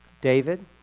David